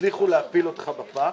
הצליחו להפיל אותך בפח.